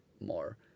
more